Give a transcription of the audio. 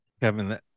Kevin